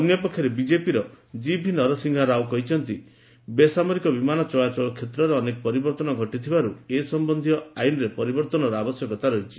ଅନ୍ୟପକ୍ଷରେ ବିଜେପିର ଜିଭି ନରସିଂହାରାଓ କହିଛନ୍ତି ବେସାମରିକ ବିମାନ ଚଳାଚଳ କ୍ଷେତ୍ରରେ ଅନେକ ପରିବର୍ଭନ ଘଟିଯାଇଥିବାରୁ ଏ ସମ୍ଭନୀୟ ଆଇନରେ ପରିବର୍ଭନର ଆବଶ୍ୟକତା ରହିଛି